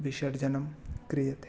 विसर्जनं क्रियते